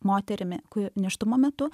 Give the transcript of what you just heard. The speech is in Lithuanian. moterimi kuri nėštumo metu